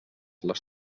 les